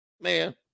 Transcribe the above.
man